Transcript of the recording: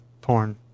porn